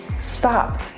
stop